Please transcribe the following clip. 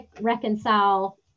reconcile